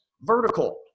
vertical